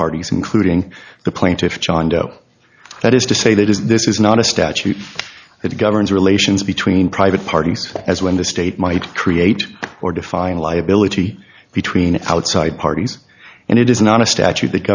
parties including the plaintiff john doe that is to say that is this is not a statute that governs relations between private parties as when the state might create or define liability between outside parties and it is not a statute that